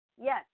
yes